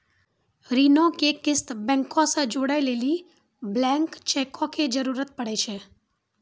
ऋणो के किस्त बैंको से जोड़ै लेली ब्लैंक चेको के जरूरत पड़ै छै